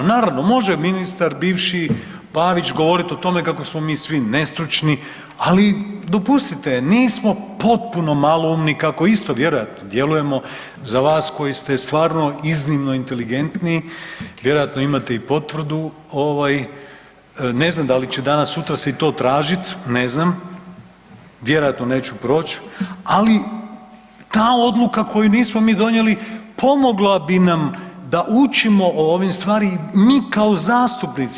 Naravno, može ministar bivši Pavić govorit o tome kako smo mi svi nestručni, ali dopustite nismo potpuno maloumni kako isto vjerojatno djelujemo za vas koji ste stvarno iznimno inteligentni, vjerojatno imate i potvrdu, ne znam da li će danas sutra i to tražit, ne znam, vjerojatno neću proć, ali ta odluka koju nismo mi donijeli pomogla bi nam da učimo o ovim stvarima, mi kao zastupnici.